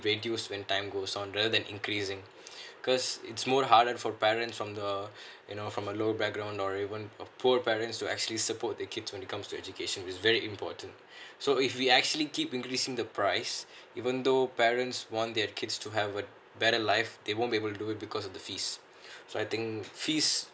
reduce when time goes on rather than increasing cause it's more harder for parents from the you know from a low background or even a poor parents to actually support their kid when it comes to education is very important so if we actually keep increasing the price even though parents want their kids to have a better life they won't be able to do it because of the fees so I think fees